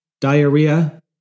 diarrhea